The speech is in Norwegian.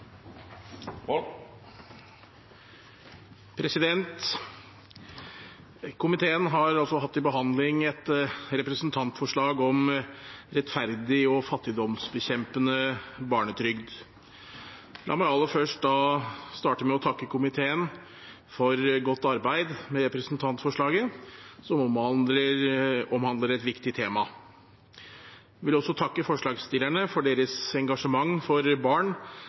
Komiteen har hatt til behandling et representantforslag om rettferdig og fattigdomsbekjempende barnetrygd. La meg aller først takke komiteen for godt arbeid med representantforslaget, som omhandler et viktig tema. Jeg vil også takke forslagsstillerne for deres engasjement for barn